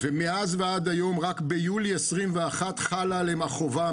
ומאז ועד היום, רק ביולי 21, חלה עליהם החובה.